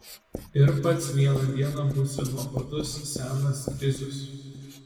ir pats vieną dieną būsi nuobodus senas pizius